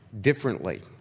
differently